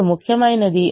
ఇప్పుడు ముఖ్యమైనది